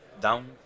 down